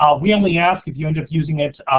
ah we only ask, if you end up using it,